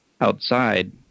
outside